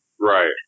Right